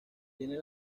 tiene